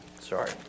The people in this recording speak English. Sorry